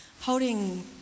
Holding